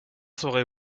serez